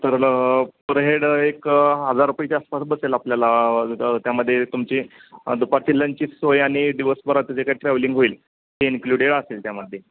तर per head एक हजार रुपयेच्या आसपास बसेल आपल्याला त्यामध्ये तुमची दुपारची लंचची सोय आणि दिवसभराचं जे काही ट्रॅव्हलिंग होईल ते इन्क्लुडेड असेल त्यामध्ये